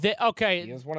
Okay